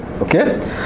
Okay